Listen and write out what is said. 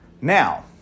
Now